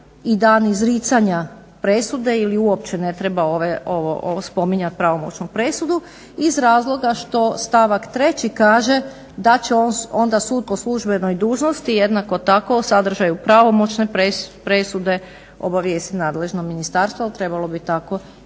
i dan izricanja presude ili uopće ne treba ovo spominjati pravomoćnu presudu iz razloga što stavak treći kaže da će onda sud po sluŽbenoj dužnosti jednako tako o sadržaju pravomoćne presude obavijestiti nadležno ministarstvo, ali trebalo bi tako